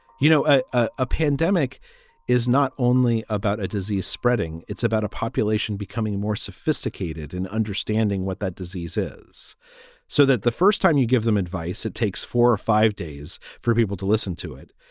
you know, a a pandemic is not only about a disease spreading, it's about a population becoming more sophisticated in understanding what that disease is so that the first time you give them advice, it takes four or five days for people to listen to it.